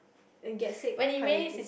can get sick quite easy